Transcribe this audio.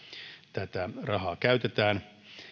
tätä rahaa käytetään